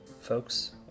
folks